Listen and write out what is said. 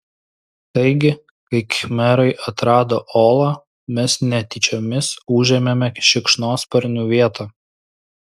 taigi kai khmerai atrado olą mes netyčiomis užėmėme šikšnosparnių vietą